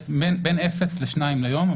אם איני טועה, בין 0 ל-2 ביום.